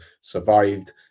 survived